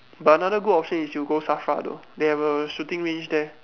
but another good option is you go SAFRA though they have a shooting range there